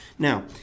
Now